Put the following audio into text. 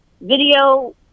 Video